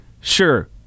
Sure